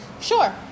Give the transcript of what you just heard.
Sure